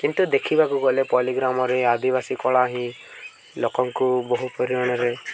କିନ୍ତୁ ଦେଖିବାକୁ ଗଲେ ପଲ୍ଲୀଗ୍ରାମରେ ଆଦିବାସୀ କଳା ହିଁ ଲୋକଙ୍କୁ ବହୁ ପରିମାଣରେ